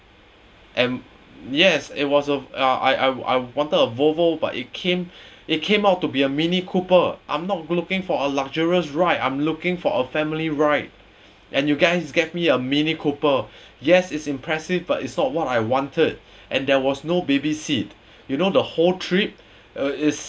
and yes it was of uh I I I wanted a volvo but it came it came out to be a mini cooper I'm not looking for a luxurious ride I'm looking for a family ride and you guys get me a mini cooper yes it's impressive but is not what I wanted and there was no baby seat you know the whole trip uh is